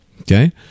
Okay